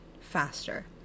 faster